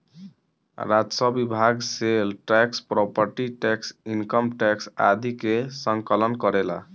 राजस्व विभाग sale tax property tax income tax आदि के संकलन करेला